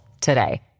today